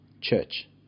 church